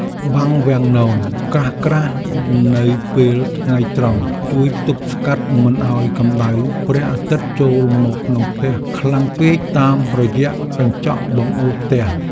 បាំងវាំងននក្រាស់ៗនៅពេលថ្ងៃត្រង់ជួយទប់ស្កាត់មិនឱ្យកម្តៅព្រះអាទិត្យចូលមកក្នុងផ្ទះខ្លាំងពេកតាមរយៈកញ្ចក់បង្អួចផ្ទះ។